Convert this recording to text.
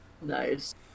Nice